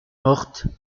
morte